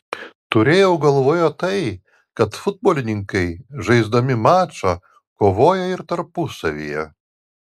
turėjau galvoje tai kad futbolininkai žaisdami mačą kovoja ir tarpusavyje